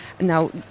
Now